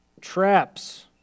traps